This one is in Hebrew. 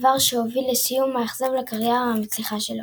דבר שהוביל לסיום מאכזב לקריירה המצליחה שלו.